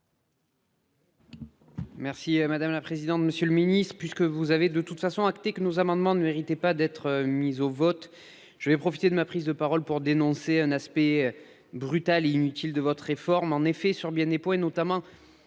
Merci madame la présidente. Monsieur le Ministre, puisque vous avez de toute façon acté que nos amendements ne méritait pas d'être mise au vote. Je vais profiter de ma prise de parole pour dénoncer un aspect brutale, inutile de votre réforme. En effet, sur bien des points, notamment